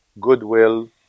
goodwill